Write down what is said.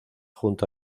junto